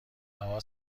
هوا